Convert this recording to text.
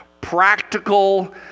practical